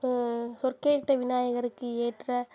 சொற்கேட்ட விநாயகருக்கு ஏற்ற